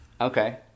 Okay